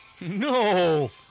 No